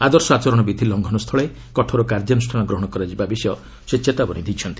ଆଦର୍ଶ ଆଚରଣ ବିଧି ଲଙ୍ଘନ ସ୍ଥଳେ କଠୋର କାର୍ଯ୍ୟାନୁଷ୍ଠାନ ଗ୍ରହଣ କରାଯିବା ବିଷୟ ସେ ଚେତାବନୀ ଦେଇଛନ୍ତି